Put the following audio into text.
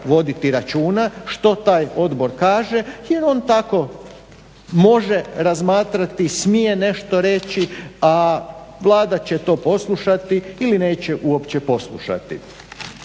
voditi računa što taj odbor kaže jer on tako može razmatrati, smije nešto reći, a Vlada će to poslušati ili neće uopće poslušati.